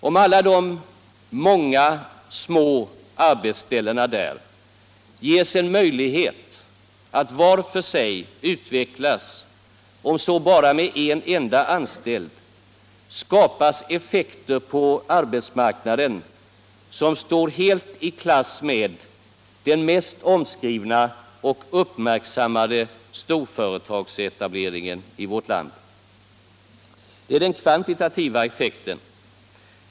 Om alla de många små arbetsställena där ges en möjlighet att var för sig utvecklas, om så bara med en enda anställd, skapas effekter på arbetsmarknaden som står helt i klass med den mest omskrivna och uppmärksammade storföretagsetableringen i vårt land. Detta är den kvantitativa effekten.